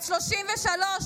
בת 33,